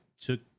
took